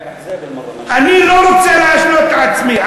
אני לא רוצה להשלות את עצמי,